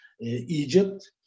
Egypt